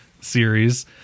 series